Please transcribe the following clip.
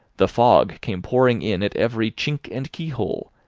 the fog came pouring in at every chink and keyhole,